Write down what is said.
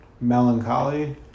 melancholy